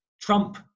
Trump